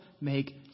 make